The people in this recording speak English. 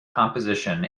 composition